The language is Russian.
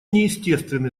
неестественны